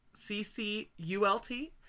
c-c-u-l-t